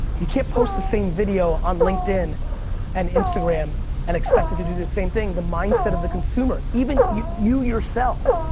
you can't post the same video on linkedin and instagram and expect it do the same thing. the mindset of the consumer, even you you yourself,